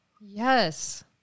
Yes